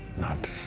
not,